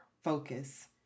focus